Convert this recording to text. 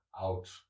out